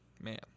man